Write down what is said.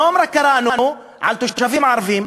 היום רק קראנו על תושבים ערבים,